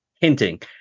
hinting